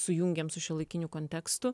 sujungiam su šiuolaikiniu kontekstu